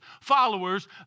followers